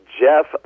Jeff